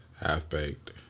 Half-Baked